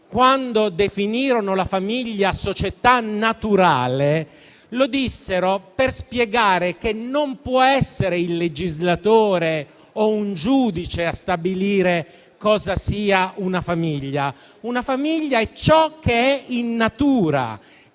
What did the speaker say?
definirono la famiglia società naturale, lo dissero per spiegare che non può essere il legislatore o un giudice a stabilire cosa sia una famiglia. Una famiglia è ciò che è in natura,